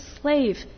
slave